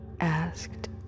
asked